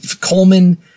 Coleman